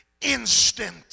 instant